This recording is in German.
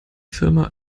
firma